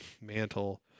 mantle